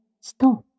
stop